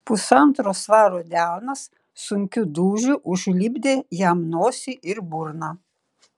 pusantro svaro delnas sunkiu dūžiu užlipdė jam nosį ir burną